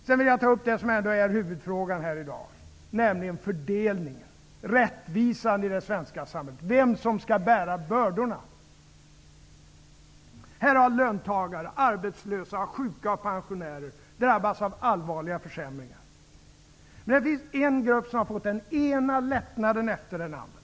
Sedan vill jag ta upp det som ändå är huvudfrågan här i dag, nämligen frågan om fördelningen, om rättvisan i det svenska samhället och om vem som skall bära bördorna. Här har löntagare, arbetslösa, sjuka och pensionärer drabbats av allvarliga försämringar. Men det finns en grupp som har fått den ena lättnaden efter den andra.